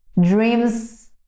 Dreams